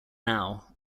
now